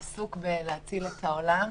יעל רון בן משה (כחול לבן): עסוק בלהציל את העולם,